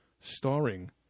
starring